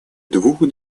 двух